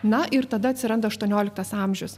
na ir tada atsiranda aštuonioliktas amžius